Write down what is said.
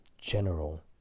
General